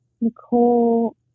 Nicole